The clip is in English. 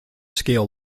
scale